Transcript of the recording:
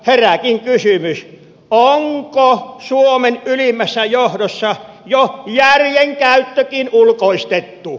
herääkin kysymys onko suomen ylimmässä johdossa jo järjen käyttökin ulkoistettu